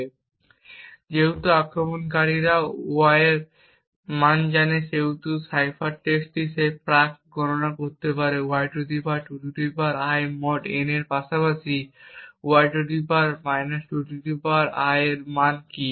সুতরাং যেহেতু আক্রমণকারীও y এর মান জানে যেটি সাইফার টেক্সট সে সে প্রাক গণনা করতে পারে y 2 I mod n এর পাশাপাশি y 2 I এর মান কী